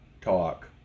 talk